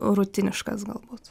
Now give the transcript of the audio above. rutiniškas galbūt